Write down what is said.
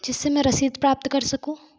जिससे मैं रसीद प्राप्त कर सकूँ